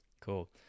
Cool